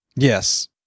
Yes